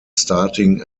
starting